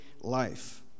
life